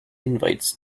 invites